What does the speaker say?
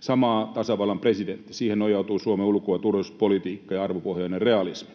samaa tasavallan presidentti. Siihen nojautuu Suomen ulko- ja turvallisuuspolitiikka ja arvopohjainen realismi.